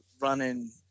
running